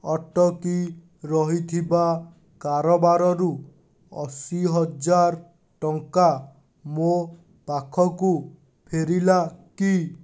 ଅଟକି ରହିଥିବା କାରବାରରୁ ଅଶୀହଜାର ଟଙ୍କା ମୋ ପାଖକୁ ଫେରିଲା କି